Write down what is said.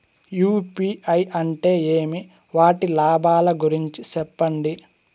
UPI అంటే ఏమి? వాటి లాభాల గురించి సెప్పండి?